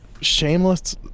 shameless